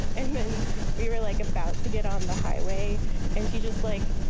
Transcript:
and then we were like about to get on the highway and she just, like,